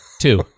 Two